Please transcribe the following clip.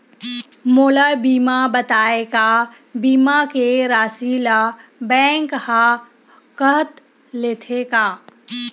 मोला बिना बताय का बीमा के राशि ला बैंक हा कत लेते का?